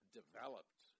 developed